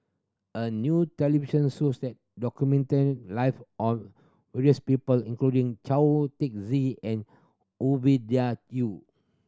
a new television shows that documented live of various people including Chao Tzee and Ovidia Yu